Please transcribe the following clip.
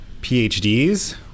PhDs